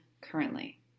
currently